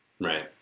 Right